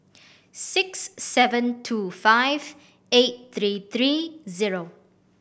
six seven two five eight three three zero